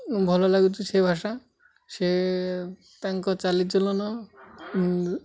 ଭଲ ଲାଗୁଛି ସେ ଭାଷା ସେ ତାଙ୍କ ଚାଲିଚଳନ